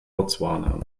botswana